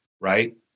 Right